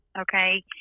okay